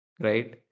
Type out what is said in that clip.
right